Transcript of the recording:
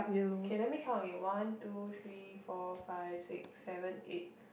K let me count again one two three four five six seven eight